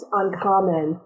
uncommon